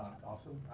awesome.